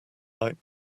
might